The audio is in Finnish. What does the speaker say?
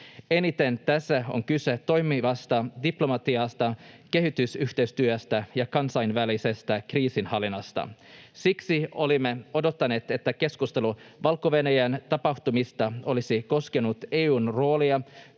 Eniten tässä on kyse toimivasta diplomatiasta, kehitysyhteistyöstä ja kansainvälisestä kriisinhallinnasta. Siksi olimme odottaneet, että keskustelu Valko-Venäjän tapahtumista olisi koskenut EU:n roolia,